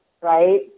right